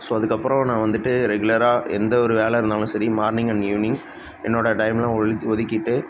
so அதுக்கப்புறம் நான் வந்துட்டு ரெகுலராக எந்த ஒரு வேலை இருந்தாலும் சரி மார்னிங் அண்ட் ஈவ்னிங் என்னோடய டைமெல்லாம் ஒலு ஒதுக்கிவிட்டு